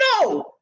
no